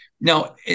Now